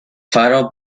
faro